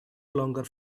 longer